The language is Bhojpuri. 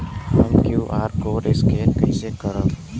हम क्यू.आर कोड स्कैन कइसे करब?